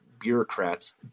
bureaucrats